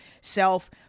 self